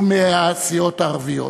הוא מהסיעות הערביות.